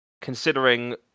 considering